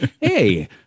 Hey